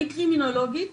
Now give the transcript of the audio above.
אני קרימינולוגית,